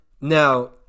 Now